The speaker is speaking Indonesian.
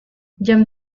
jam